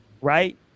right